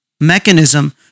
mechanism